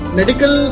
medical